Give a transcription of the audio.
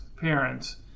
parents